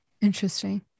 Interesting